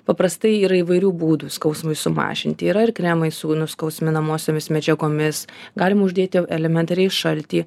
paprastai yra įvairių būdų skausmui sumažinti yra ir kremai su nuskausminamosiomis medžiagomis galima uždėti elementariai šaltį